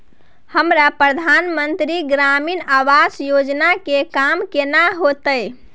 हमरा प्रधानमंत्री ग्रामीण आवास योजना के काम केना होतय?